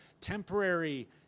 temporary